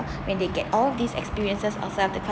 when they get all these experiences ourselves the kind